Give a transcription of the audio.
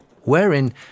wherein